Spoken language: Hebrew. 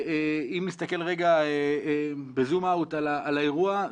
אם נסתכל רגע בזום-אאוט על האירוע,